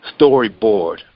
storyboard